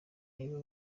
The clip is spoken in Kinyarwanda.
niba